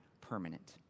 permanent